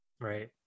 right